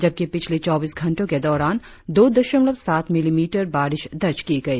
जबकि पिछले चौबीस घंटो के दौरान दो दशमलव सात मिलीमीटर बारिश दर्ज की गई